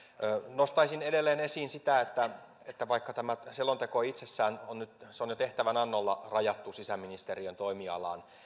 nostaisin edelleen esiin sitä että että vaikka tämä selonteko itsessään on jo tehtävänannolla rajattu sisäministeriön toimialaan